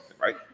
right